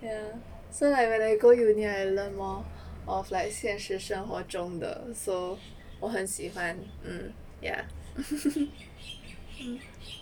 ya so like when I go uni I learn more of like 现实生活中的 so 我很喜欢 mm ya